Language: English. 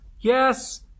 Yes